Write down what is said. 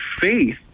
faith